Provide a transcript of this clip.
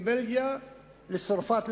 מבלגיה לצרפת,